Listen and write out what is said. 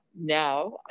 now